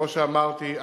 כמו שאמרתי,